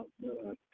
good